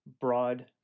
broad